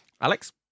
Alex